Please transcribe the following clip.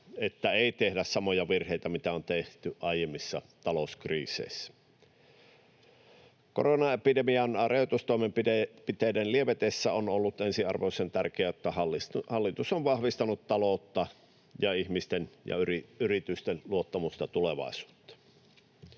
että ei tehdä niitä samoja virheitä, mitä on tehty aiemmissa talouskriiseissä. Koronaepidemian rajoitustoimenpiteiden lievetessä on ollut ensiarvoisen tärkeää, että hallitus on vahvistanut taloutta ja ihmisten ja yritysten luottamusta tulevaisuuteen.